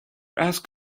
ask